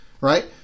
right